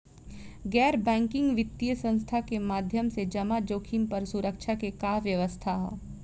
गैर बैंकिंग वित्तीय संस्था के माध्यम से जमा जोखिम पर सुरक्षा के का व्यवस्था ह?